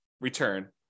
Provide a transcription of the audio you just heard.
return